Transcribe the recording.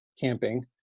camping